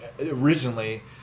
originally